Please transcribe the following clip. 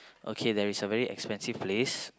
okay there is a very expensive place